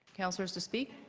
councillors to speak?